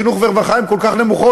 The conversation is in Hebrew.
חינוך ורווחה הן כל כך נמוכות?